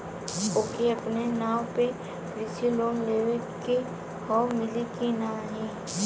ओके अपने नाव पे कृषि लोन लेवे के हव मिली की ना ही?